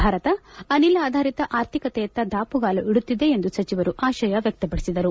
ಭಾರತ ಅನಿಲ ಆಧಾರಿತ ಆರ್ಥಿಕತೆಯತ್ತ ದಾಮಗಾಲು ಇಡುತ್ತಿದೆ ಎಂದು ಸಚಿವರು ಆಶಯ ವ್ವತ್ತಪಡಿಸಿದರು